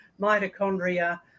mitochondria